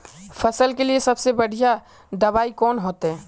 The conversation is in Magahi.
फसल के लिए सबसे बढ़िया दबाइ कौन होते?